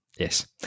Yes